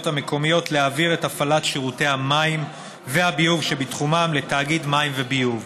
המקומיות להעביר את הפעלת שירותי המים והביוב שבתחומן לתאגיד מים וביוב,